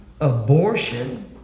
Abortion